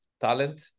talent